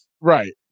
Right